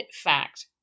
fact